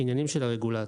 ואלה עניינים של הרגולטור.